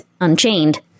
Unchained